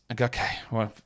Okay